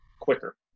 quicker